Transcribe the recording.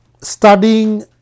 studying